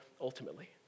ultimately